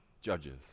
judges